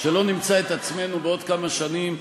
שאני מתייחס לכנסת ברצינות,